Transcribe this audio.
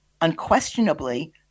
unquestionably